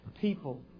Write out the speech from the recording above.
people